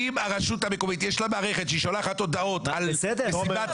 אם לרשות המקומית יש מערכת שהיא שולחת הודעות על מסיבת